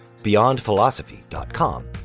beyondphilosophy.com